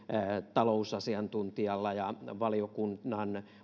talousasiantuntijalla ja valiokunnan